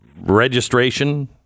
registration